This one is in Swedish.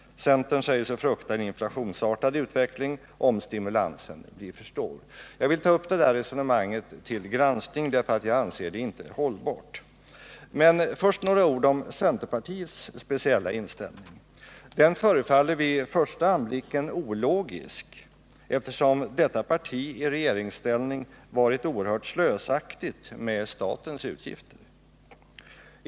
Centern säger sig frukta en inflationsartad utveckling, om stimulansen blir för stor. Jag vill ta upp det här resonemanget till granskning, för jag anser det inte hållbart. Men först några ord om centerpartiets speciella inställning. Den förefaller vid första anblicken ologisk, eftersom detta parti i regeringsställning varit oerhört slösaktigt när det gällt statens utgifter.